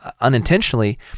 unintentionally